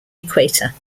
equator